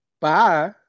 bye